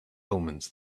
omens